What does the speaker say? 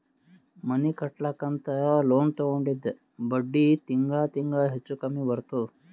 ಮನಿ ಕಟ್ಲಕ್ ಅಂತ್ ಲೋನ್ ತಗೊಂಡಿದ್ದ ಬಡ್ಡಿ ತಿಂಗಳಾ ತಿಂಗಳಾ ಹೆಚ್ಚು ಕಮ್ಮಿ ಬರ್ತುದ್